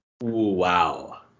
Wow